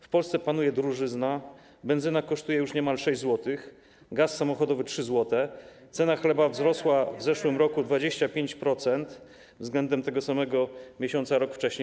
W Polsce panuje drożyzna, benzyna kosztuje już niemal 6 zł, gaz samochodowy 3 zł, cena chleba wzrosła w zeszłym roku 25% względem tego samego miesiąca rok wcześniej.